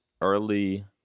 early